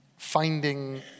Finding